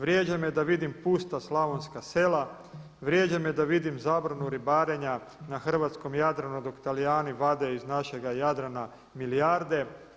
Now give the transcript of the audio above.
Vrijeđa me da vidim pusta slavonska sela, vrijeđa me da vidim zabranu ribarenja na hrvatskom Jadranu dok Talijani vade iz našega Jadrana milijarde.